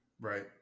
Right